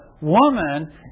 woman